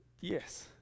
yes